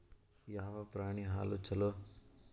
ಯಾವ ಪ್ರಾಣಿ ಹಾಲು ಛಲೋ?